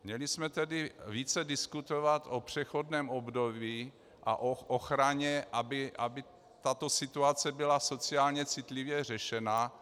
Měli jsme tedy více diskutovat o přechodném období a o ochraně, aby tato situace byla sociálně citlivě řešena.